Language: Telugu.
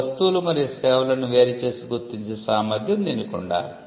వస్తువులు మరియు సేవలను వేరు చేసి గుర్తించే సామర్థ్యం దీనికి ఉండాలి